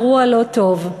אירוע לא טוב.